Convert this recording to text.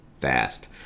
fast